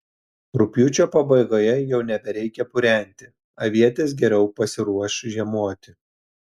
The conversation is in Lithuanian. rugpjūčio pabaigoje jau nebereikia purenti avietės geriau pasiruoš žiemoti